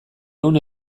ehun